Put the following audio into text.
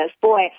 Boy